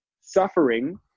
suffering